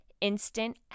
instant